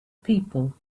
people